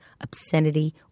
obscenity